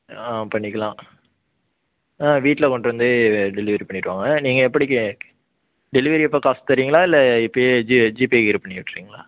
ஆ பண்ணிக்கலாம் ஆ வீட்டில் கொண்டு வந்து டெலிவரி பண்ணிடுவாங்க நீங்கள் எப்படி டெலிவரி அப்போ காசு தரீங்களா இல்லை இப்பயே ஜிபே பண்ணிவிட்றீங்களா